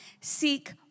Seek